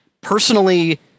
personally